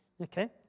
Okay